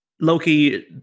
Loki